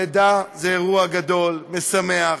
לידה זה אירוע גדול, משמח,